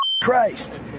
Christ